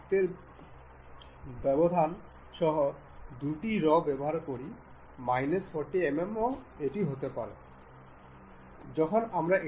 একটি নতুন document assembly খুলুন